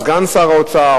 סגן שר האוצר,